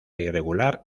irregular